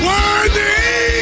Worthy